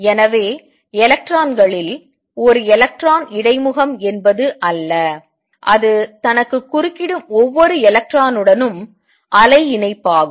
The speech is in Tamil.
எனவே எலக்ட்ரானில் ஒரு எலக்ட்ரான் இடைமுகம் என்பது அல்ல அது தனக்கு குறுக்கிடும் ஒவ்வொரு எலக்ட்ரானுடனும் அலை இணைப்பாகும்